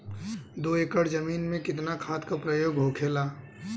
दो एकड़ जमीन में कितना खाद के प्रयोग होखेला?